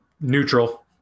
neutral